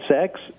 sex